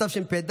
התשפ"ד